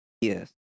Yes